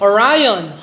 Orion